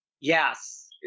Yes